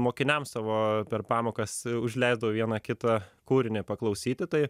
mokiniams savo per pamokas užleisdavau vieną kitą kūrinį paklausyti tai